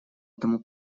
этому